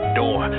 door